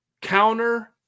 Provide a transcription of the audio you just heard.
counter